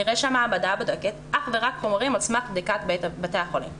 נראה שהמעבדה בודקת אך ורק חומרים על סמך בדיקת בתי החולים,